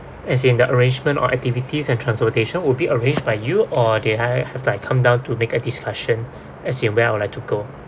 as in the arrangement or activities and transportation will be arranged by you or did I after I come down to make a discussion as in well like to go